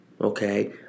okay